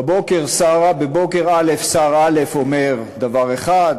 בבוקר שר א' אומר דבר אחד,